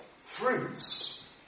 fruits